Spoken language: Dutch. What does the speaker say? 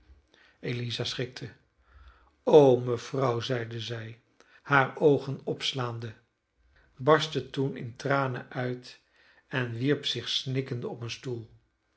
eliza schrikte o mevrouw zeide zij hare oogen opslaande barstte toen in tranen uit en wierp zich snikkende op een stoel